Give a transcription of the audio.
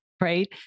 right